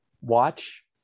watch